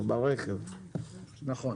נכון.